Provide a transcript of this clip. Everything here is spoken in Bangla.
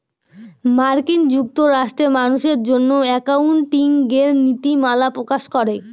মার্কিন যুক্তরাষ্ট্রে মানুষের জন্য একাউন্টিঙের নীতিমালা প্রকাশ করে